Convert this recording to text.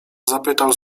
zapytał